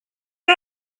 the